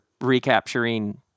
recapturing